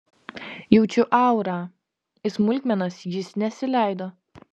jaučiu aurą į smulkmenas jis nesileido